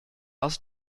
aus